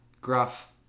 Gruff